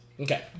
Okay